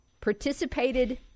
participated